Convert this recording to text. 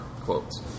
quotes